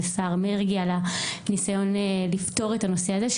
להודות לשר מרגי על הניסיון לפתור את הנושא הזה.